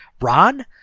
Ron